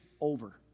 over